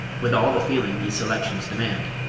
with all the feeling these selections demand.